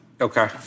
Okay